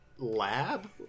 lab